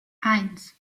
eins